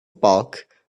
bulk